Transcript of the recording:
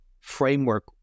framework